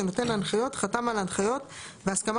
שנותן ההנחיות חתם על ההנחיות בהסכמה